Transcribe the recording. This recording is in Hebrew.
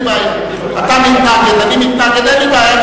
אתה מתנגד, אני מתנגד, אין לי בעיה.